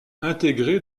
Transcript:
intégré